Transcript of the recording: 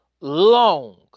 long